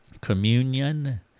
Communion